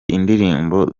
indirimbo